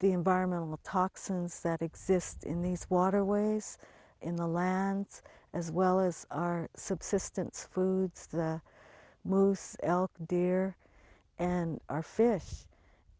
the environmental toxins that exist in these waterways in the lands as well as our subsistence foods the move elk deer and our fish